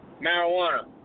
Marijuana